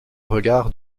regards